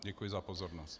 Děkuji za pozornost.